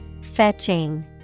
Fetching